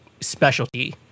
specialty